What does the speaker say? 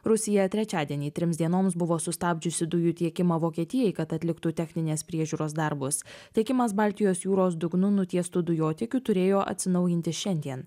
rusija trečiadienį trims dienoms buvo sustabdžiusi dujų tiekimą vokietijai kad atliktų techninės priežiūros darbus tiekimas baltijos jūros dugnu nutiestu dujotiekiu turėjo atsinaujinti šiandien